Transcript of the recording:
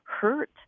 hurt